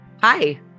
Hi